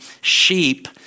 sheep